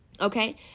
Okay